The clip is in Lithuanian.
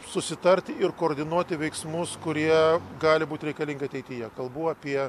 susitarti ir koordinuoti veiksmus kurie gali būt reikalingi ateityje kalbu apie